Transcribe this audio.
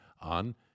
on